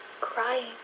crying